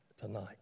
Tonight